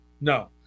No